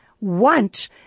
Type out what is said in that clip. want